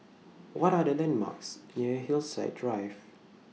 What Are The landmarks near Hillside Drive